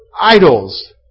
idols